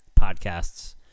podcasts